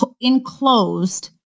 enclosed